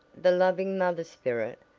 the loving mother-spirit,